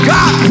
God